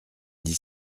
dix